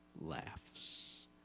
laughs